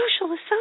socialist